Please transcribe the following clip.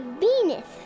Venus